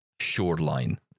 shoreline